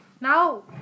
Now